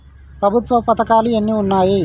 ప్రభుత్వ పథకాలు ఎన్ని ఉన్నాయి?